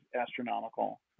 astronomical